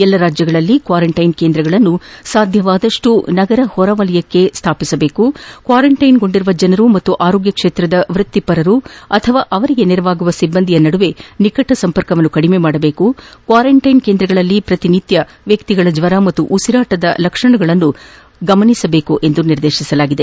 ಎಲ್ಲಾ ರಾಜ್ಯಗಳಲ್ಲಿ ಕ್ವಾರಂಟೈನ್ ಕೇಂದ್ರಗಳನ್ನು ಸಾಧ್ಯವಾದಷ್ನೂ ನಗರಗಳ ಹೊರವಲಯದಲ್ಲಿ ಸ್ವಾಪಿಸಬೇಕು ಕ್ವಾರಂಟೈನ್ಗೊಂಡಿರುವ ಜನರು ಮತ್ತು ಆರೋಗ್ಯ ಕ್ಷೇತ್ರದ ವೃತ್ತಿಪರರು ಅಥವಾ ಅವರಿಗೆ ನೆರವಾಗುವ ಸಿಬ್ಲಂದಿಯ ನಡುವೆ ನಿಕಟ ಸಂಪರ್ಕ ಕಡಿಮೆ ಮಾಡಬೇಕು ಕ್ವಾರಂಟೈನ್ ಕೇಂದ್ರಗಳಲ್ಲಿ ಪ್ರತಿದಿನ ವ್ಯಕ್ತಿಗಳ ಜ್ವರ ಮತ್ತು ಉಸಿರಾಟದ ಲಕ್ಷಣಗಳನ್ನು ಸತತವಾಗಿ ಗಮನಿಸಬೇಕು ಎಂದು ನಿರ್ದೇತಿಸಲಾಗಿದೆ